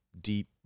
deep